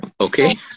Okay